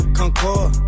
concord